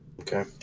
Okay